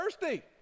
thirsty